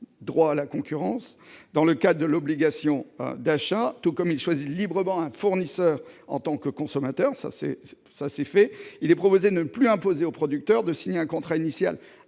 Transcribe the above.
-,... Ah !... dans le cadre de l'obligation d'achat, tout comme ils choisissent librement un fournisseur en tant que consommateurs, il est proposé de ne plus imposer au producteur de signer un contrat initial